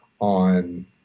on